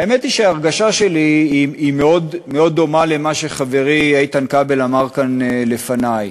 והאמת היא שההרגשה שלי היא מאוד דומה לזו שחברי איתן כבל אמר כאן לפני.